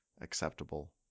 acceptable